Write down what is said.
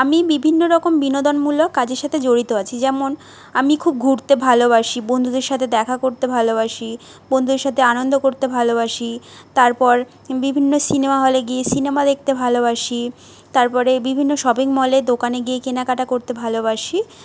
আমি বিভিন্নরকম বিনোদনমূলক কাজের সাথে জড়িত আছি যেমন আমি খুব ঘুরতে ভালোবাসি বন্ধুদের সাথে দেখা করতে ভালোবাসি বন্ধুদের সাথে আনন্দ করতে ভালোবাসি তারপর বিভিন্ন সিনেমা হলে গিয়ে সিনেমা দেখতে ভালোবাসি তারপরে বিভিন্ন শপিং মলে দোকানে গিয়ে কেনাকাটা করতে ভালোবাসি